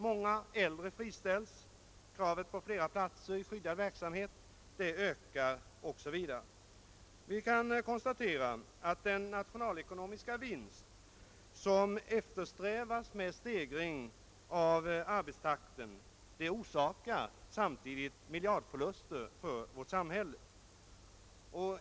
Många äldre friställs, och kravet på flera platser i skyddad verksamhet ökar. Vi kan alltså konstatera att den nationalekonomiska vinst som eftersträvas med stegringen av arbetstempot har en motvikt i samtidiga miljardförluster för vårt samhälle.